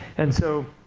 and so,